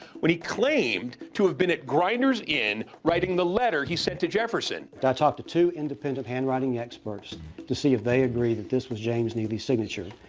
when he claimed to have been at grinder's inn writing the letter he sent to jefferson. i talked to two independent handwriting experts to see if they agreed that this was james neely's signature,